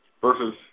versus